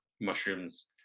mushrooms